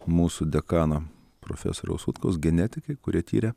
mūsų dekano profesoriaus utkaus genetikai kurie tyrė